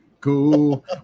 Cool